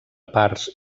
parts